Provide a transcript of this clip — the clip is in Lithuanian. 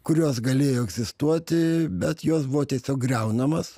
kurios galėjo egzistuoti bet jos buvo tiesiog griaunamos